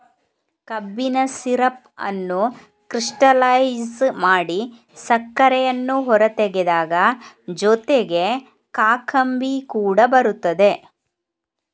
ಕಬ್ಬಿನ ಸಿರಪ್ ಅನ್ನು ಕ್ರಿಸ್ಟಲೈಜ್ ಮಾಡಿ ಸಕ್ಕರೆಯನ್ನು ಹೊರತೆಗೆದಾಗ ಜೊತೆಗೆ ಕಾಕಂಬಿ ಕೂಡ ಬರುತ್ತದೆ